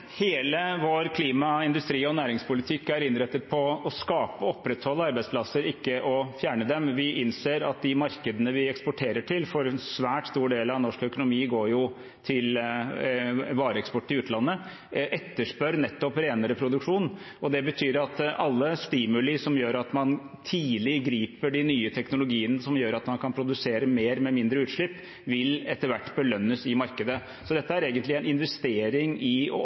Hele vår klima-, industri- og næringspolitikk er innrettet mot å skape og opprettholde arbeidsplasser, ikke å fjerne dem. Vi innser at de markedene vi eksporterer til – en svært stor del av norsk økonomi er jo vareeksport til utlandet – etterspør nettopp en renere produksjon. Det betyr at alle stimuli som gjør at man tidlig griper de nye teknologiene, som gjør at man kan produsere mer med mindre utslipp, etter hvert vil belønnes i markedet. Så dette er egentlig en investering i